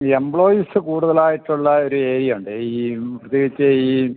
ഈ എംപ്ലോയീസ് കൂടുതലായിട്ടുള്ള ഒരു ഏരിയ ഉണ്ട് ഈ പ്രത്യേകിച്ച് ഈ